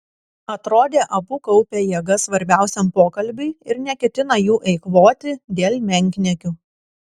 atrodė abu kaupia jėgas svarbiausiam pokalbiui ir neketina jų eikvoti dėl menkniekių